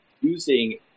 using